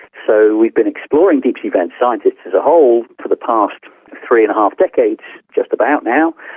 so we've been exploring deep-sea vents, scientists as a whole, for the past three and a half decades just about, now.